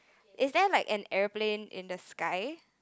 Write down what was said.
is there like an airplane in the sky